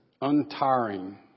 untiring